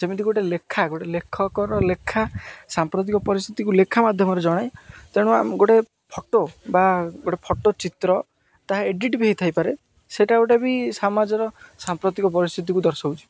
ଯେମିତି ଗୋଟେ ଲେଖା ଗୋଟେ ଲେଖକର ଲେଖା ସାମ୍ପ୍ରତିକ ପରିସ୍ଥିତିକୁ ଲେଖା ମାଧ୍ୟମରେ ଜଣାଏ ତେଣୁ ଗୋଟେ ଫଟୋ ବା ଗୋଟେ ଫଟୋ ଚିତ୍ର ତାହା ଏଡ଼ିଟ ବି ହେଇଥାଇପାରେ ସେଇଟା ଗୋଟେ ବି ସମାଜର ସାମ୍ପ୍ରତିକ ପରିସ୍ଥିତିକୁ ଦର୍ଶୋଉଛି